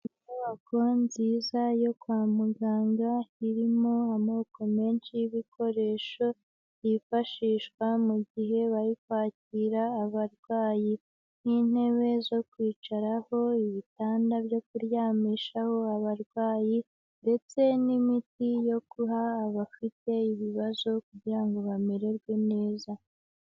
Inyubako nziza yo kwa muganga, irimo amoko menshi y'ibikoresho byifashishwa mu gihe bari kwakira abarwayi. Nk'intebe zo kwicaraho, ibitanda byo kuryamishaho abarwayi, ndetse n'imiti yo guha abafite ibibazo kugira ngo bamererwe neza.